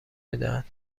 میدهد